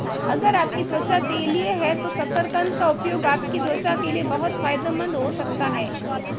अगर आपकी त्वचा तैलीय है तो शकरकंद का उपयोग आपकी त्वचा के लिए बहुत फायदेमंद हो सकता है